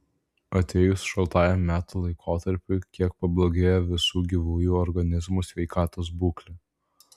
atėjus šaltajam metų laikotarpiui kiek pablogėja visų gyvųjų organizmų sveikatos būklė